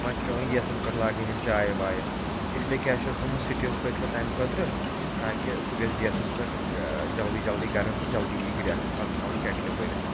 وۄنۍ چھِ پیٚوان گیسَن پٮ۪ٹھ لاگٕنۍ یِم چایہِ وایہِ اس لیے کیٛاہ چھُ اسہِ تھوٚمُت سِٹیٖل پٔتلہٕ تَمہِ خٲطرٕ تاکہِ سُہ گژھہِ گیسَس پٮ۪ٹھ ٲں جلدی جلدی گرٕم تہٕ جلدی یی گرٛیٚکھ پَتہٕ تھاوان کیٚٹلہِ بھٔرِتھ